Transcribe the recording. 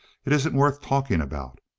it isn't worth talking about.